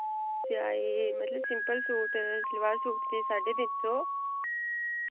सेआई मतलब simple suit salwar suit दी साढे तिन्न सौ